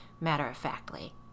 matter-of-factly